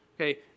Okay